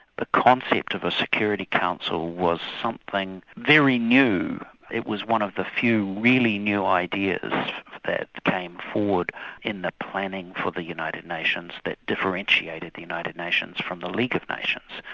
the concept of the ah security council was something very new it was one of the few really new ideas that came forward in the planning for the united nations that differentiated the united nations from the league of nations,